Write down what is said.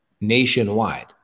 nationwide